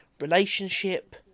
relationship